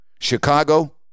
Chicago